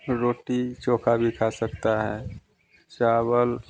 रोटी चोखा भी खा जा सकता है